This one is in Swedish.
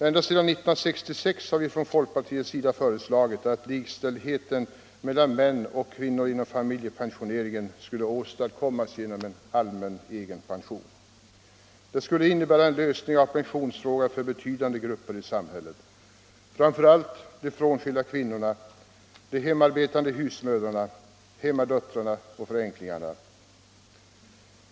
Sedan 1966 har vi från folkpartiet föreslagit att likställdhet mellan män och kvinnor inom familjepensioneringen skulle åstadkommas genom allmän egenpension. Det skulle innebära en lösning av pensionsfrågan för betydande grupper i samhället, framför allt för de frånskilda kvinnorna, de hemarbetande husmödrarna, hemmadöttrarna och änklingarna.